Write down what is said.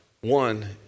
one